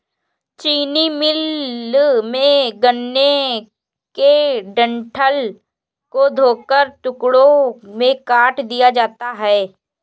चीनी मिल में, गन्ने के डंठल को धोकर टुकड़ों में काट दिया जाता है